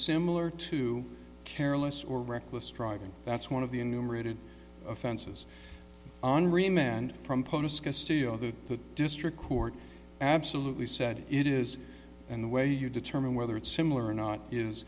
similar to careless or reckless driving that's one of the in numerated offenses on remand from the district court absolutely said it is in the way you determine whether it's similar or not is